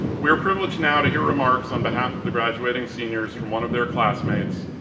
we are privileged now to hear remarks on behalf of the graduating seniors from one of their classmates,